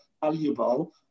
valuable